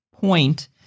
point